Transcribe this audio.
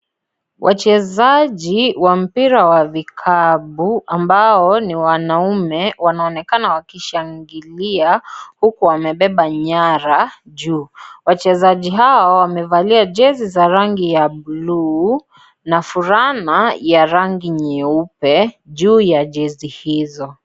Wachezaji wa mpira wa vikapu ambao ni wanaume, wanaonekana wakishangilia, huku wamebeba nyara juu. Wachezaji hawa, wamevalia jezi za rangi ya buluu na fulana ya rangi nyeupe juu ya jezi hizo.